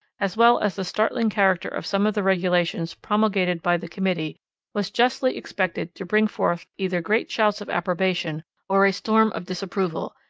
as well as the startling character of some of the regulations promulgated by the committee was justly expected to bring forth either great shouts of approbation or a storm of disapproval,